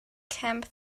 camp